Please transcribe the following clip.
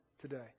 today